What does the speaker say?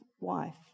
wife